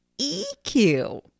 EQ